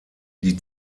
die